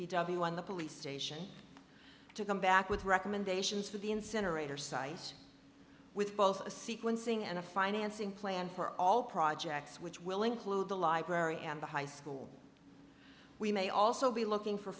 on the police station to come back with recommendations for the incinerator sites with both a sequencing and a financing plan for all projects which will include the library and the high school we may also be looking for